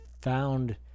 found